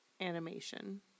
animation